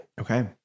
Okay